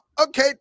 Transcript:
okay